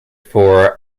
for